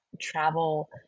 travel